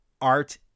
art